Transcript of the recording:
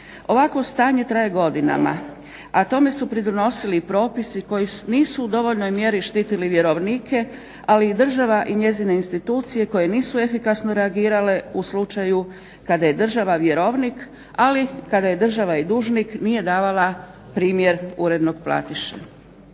Ovakvo stanje traje godinama, a tome su pridonosili i propisi koji nisu u dovoljnoj mjeri štitili vjerovnike, ali ih država i njezine institucije koje nisu efikasno reagirale u slučaju kada je država vjerovnik, ali kada je država i dužnik nije davala primjer urednog platiše.